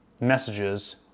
messages